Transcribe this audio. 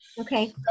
Okay